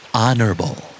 honorable